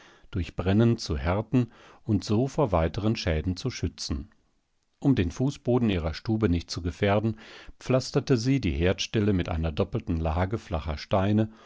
durch brennen zu härten und so vor weiteren schäden zu schützen um den fußboden ihrer stube nicht zu gefährden pflasterte sie die herdstelle mit einer doppelten lage flacher steine